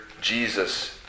Jesus